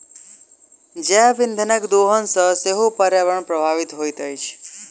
जैव इंधनक दोहन सॅ सेहो पर्यावरण प्रभावित होइत अछि